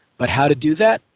but how to do that?